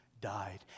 died